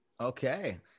Okay